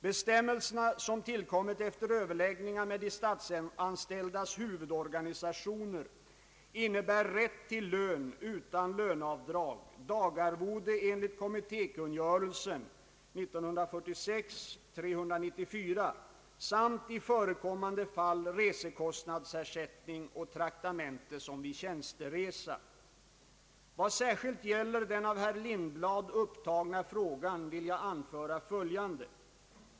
Bestämmelserna, som tillkommit efter överläggningar med de statsanställdas huvudorganisationer, innebär rätt till lön utan löneavdrag, dagarvode enligt kommittékungörelsen samt i förekommande fall resekostnadsersättning och traktamente som vid tjänsteresa. Vad särskilt gäller den av herr Lindblad upptagna frågan vill jag anföra följande.